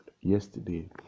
Yesterday